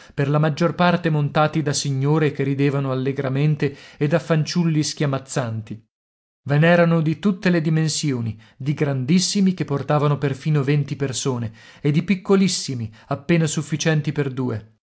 per la maggior parte montati da signore che ridevano allegramente e da fanciulli schiamazzanti ve n'erano di tutte le dimensioni di grandissimi che portavano perfino venti persone e di piccolissimi appena sufficienti per due